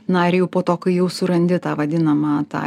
na ir jau po to kai jau surandi tą vadinamą tą